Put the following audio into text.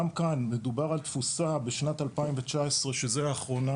גם כאן מדובר על תפוסה בשנת 2019 שזה אחרונה